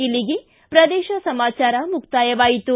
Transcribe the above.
ಇಲ್ಲಿಗೆ ಪ್ರದೇಶ ಸಮಾಚಾರ ಮುಕ್ತಾಯವಾಯಿತು